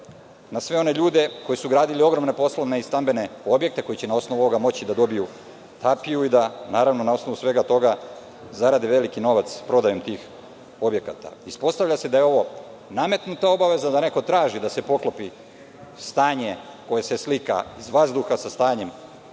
na sve one ljude koji su gradili ogromne poslovne i stambene objekte koji će, na osnovu ovoga, moći da dobiju tapiju, da na osnovu svega toga zarade veliki novac prodajom tih objekata. Ispostavlja se da je ovo nametnuta obaveza, da neko traži da se poklopi stanje koje se slika iz vazduha, sa stanjem